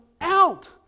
out